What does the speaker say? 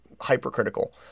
hypercritical